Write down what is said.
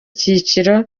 cyiciro